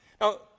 Now